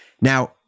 Now